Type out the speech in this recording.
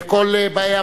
אדוני היושב-ראש,